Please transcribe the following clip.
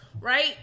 right